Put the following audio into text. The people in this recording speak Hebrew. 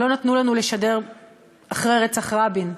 לא נתנו לנו לשדר אחרי רצח רבין.